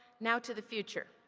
now to the future.